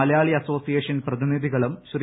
Malayali association പ്രതിനിധികളും ശ്രീ